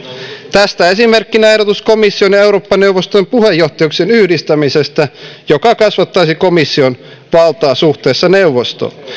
tästä esimerkkinä ehdotus komission ja eurooppa neuvoston puheenjohtajuuksien yhdistämisestä joka kasvattaisi komission valtaa suhteessa neuvostoon